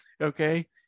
okay